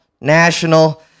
national